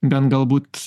gan galbūt